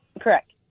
Correct